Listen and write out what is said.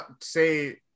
say